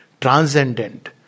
transcendent